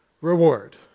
reward